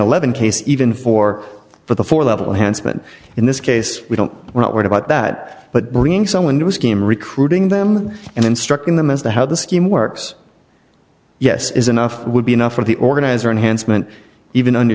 eleven cases even four for the four level hands but in this case we don't we're not worried about that but bringing someone new scheme recruiting them and instructing them as to how the scheme works yes is enough would be enough for the organizer and hence meant even